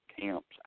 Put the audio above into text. camps